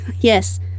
yes